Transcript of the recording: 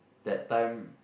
that time